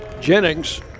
Jennings